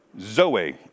Zoe